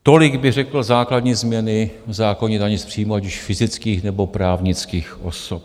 Tolik bych řekl, základní změny v zákoně o dani z příjmu, ať už fyzických nebo právnických osob.